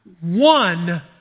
one